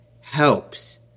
helps